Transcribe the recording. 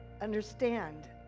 understand